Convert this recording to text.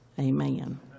amen